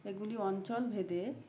এগুলি অঞ্চল ভেদে